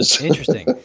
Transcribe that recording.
Interesting